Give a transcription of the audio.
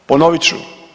Ponovit ću.